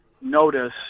notice